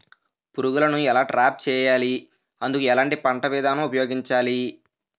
పురుగులను ఎలా ట్రాప్ చేయాలి? అందుకు ఎలాంటి పంట విధానం ఉపయోగించాలీ?